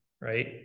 Right